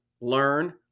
learn